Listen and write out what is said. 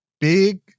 Big